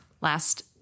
Last